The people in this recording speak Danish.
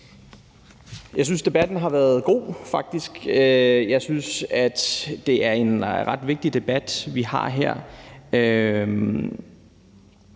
Jeg synes faktisk, debatten har været god, og at det er en ret vigtig debat, vi har her,